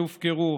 שהופקרו,